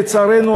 לצערנו,